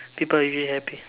people are usually happy